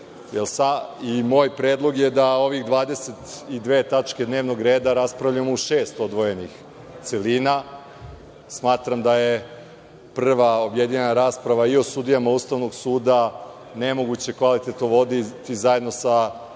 predlog je da ovih 22 tačke dnevnog reda raspravljamo u šest odvojenih celina. Smatram da je prva objedinjena rasprava i o sudijama Ustavnog suda nemoguće kvalitetno voditi zajedno sa